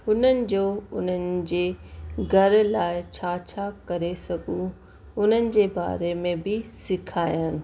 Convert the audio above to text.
हुननि जो उन्हनि जे घर लाइ छा छा करे सघूं उन्हनि जे बारे में बि सिखाइनि